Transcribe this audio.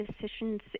decisions